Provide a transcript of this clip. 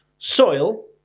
Soil